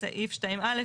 סעיף 2 (א').